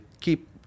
keep